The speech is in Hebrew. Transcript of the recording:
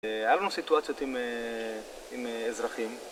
היה לנו סיטואציות עם אזרחים